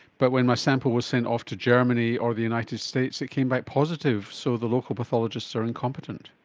but when my sample was sent off to germany or the united states it came back positive, so the local pathologists are incompetent.